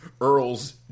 Earl's